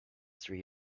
three